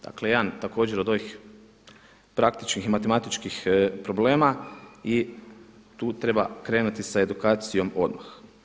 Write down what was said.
Dakle jedan također od ovih praktičkih matematičkih problema i tu treba krenuti sa edukacijom odmah.